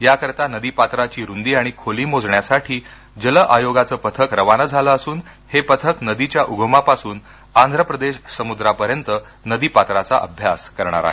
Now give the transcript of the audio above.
याकरता नदीपात्राची रुदी आणि खोली मोजण्यासाठी जल आयोगाचं पथक रवाना झाले असून हे पथक नदीच्या उगमापासून आंध्रप्रदेश समुद्रापर्यंत नदीपात्राचा अभ्यास करणार आहे